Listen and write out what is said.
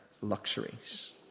luxuries